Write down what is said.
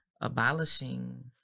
abolishing